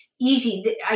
easy